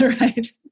Right